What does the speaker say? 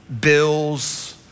Bills